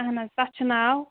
اَہَن حظ تَتھ چھُ ناو